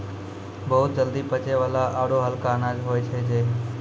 बहुत जल्दी पचै वाला आरो हल्का अनाज होय छै जई